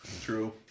True